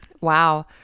Wow